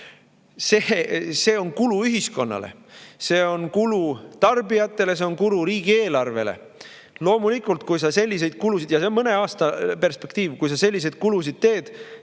See on kulu ühiskonnale, see on kulu tarbijatele, see on kulu riigieelarvele. Loomulikult, kui teha selliseid kulutusi – ja see on mõne aasta perspektiivis –, siis riigieelarve